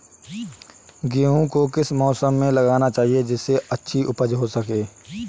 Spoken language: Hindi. गेहूँ को किस मौसम में लगाना चाहिए जिससे अच्छी उपज हो सके?